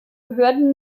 behörden